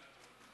אני מפעיל את